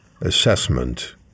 assessment